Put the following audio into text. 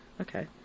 Okay